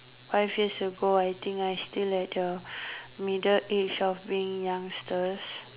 five years ago I think I still at the middle age of being young still